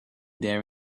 there